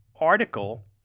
article